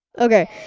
Okay